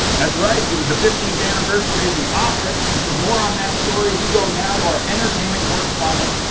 that's right, it was the fifteenth anniversary of the office, and for more on that story we go now to our entertainment correspondent,